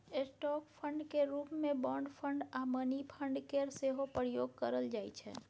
stock fund केर रूप मे बॉन्ड फंड आ मनी फंड केर सेहो प्रयोग करल जाइ छै